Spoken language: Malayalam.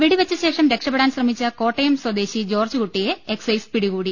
വെടിവെ ച്ച ശേഷം രക്ഷപ്പെടാൻ ശ്രമിച്ച കോട്ടയം സ്വദേശി ജോർജ്കുട്ടിയെ എക് സൈസ് പിടികൂടി